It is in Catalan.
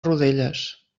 rodelles